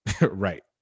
right